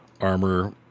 armor